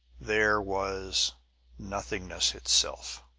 there was nothingness itself.